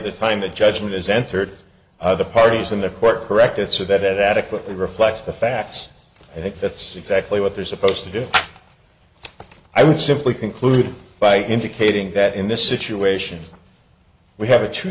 time the judgment is entered the parties in the court corrected so that it adequately reflects the facts i think that's exactly what they're supposed to do i would simply conclude by indicating that in this situation we have a t